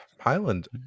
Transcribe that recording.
highland